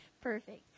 Perfect